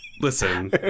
Listen